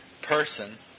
Person